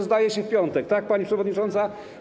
zdaje się w piątek, tak, pani przewodnicząca?